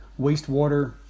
wastewater